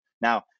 Now